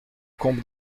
combe